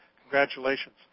congratulations